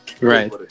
Right